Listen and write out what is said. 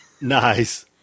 Nice